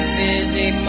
busy